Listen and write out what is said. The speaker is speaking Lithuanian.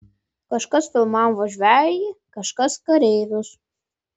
kažkas filmavo žvejį kažkas kareivius